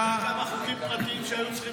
אתה יודע כמה חוקים פרטיים שהיו צריכים